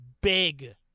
big